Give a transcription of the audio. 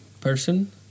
person